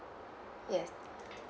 yes